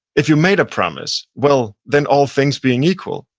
if you made a promise, well, then all things being equal,